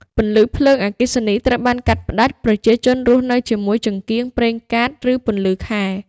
ពន្លឺភ្លើងអគ្គិសនីត្រូវបានកាត់ផ្តាច់ ប្រជាជនរស់នៅជាមួយចង្កៀងប្រេងកាត ឬពន្លឺខែ។